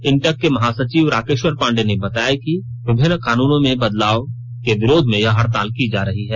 इंटक के महासचिव राकेश्वर पांडेय ने बताया कि विभिन्न कानूनों में हए बदलाव के विरोध में यह हड़ताल की जा रही है